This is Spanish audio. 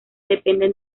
depende